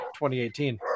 2018